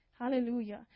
Hallelujah